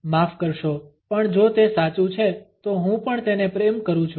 માફ કરશો પણ જો તે સાચું છે તો હું પણ તેને પ્રેમ કરું છું